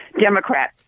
democrat